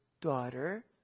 daughter